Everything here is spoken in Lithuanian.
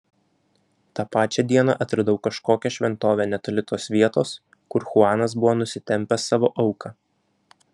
tą pačią dieną atradau kažkokią šventovę netoli tos vietos kur chuanas buvo nusitempęs savo auką